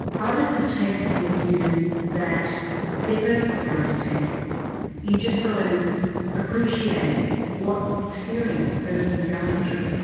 others have taken the view that they're perfectly understandable you've just got to appreciate what experience the person is going through.